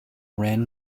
ran